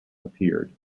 appeared